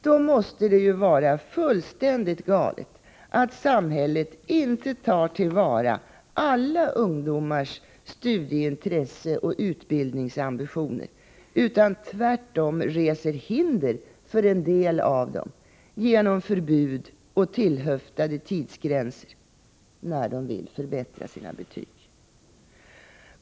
Då måste det vara fullständigt galet att samhället inte tar till vara alla ungdomars studieintresse och utbildningsambitioner utan tvärtom reser hinder för en del av dem genom förbud och tillhöftade tidsgränser när de vill förbättra sina betyg.